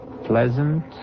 Pleasant